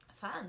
Fun